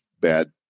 bad